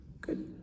Good